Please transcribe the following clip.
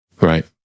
right